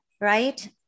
Right